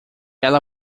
ela